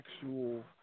actual